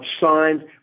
signed